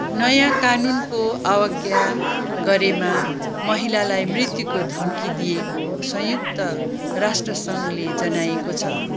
नयाँ कानुनको अवज्ञा गरेमा महिलालाई मृत्युको धम्की दिइएको संयुक्त राष्ट्रसङ्घले जनाएको छ